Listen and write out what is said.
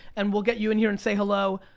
and we'll get you in here and say hello.